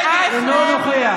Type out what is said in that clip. הוא לא נוכח.